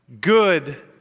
Good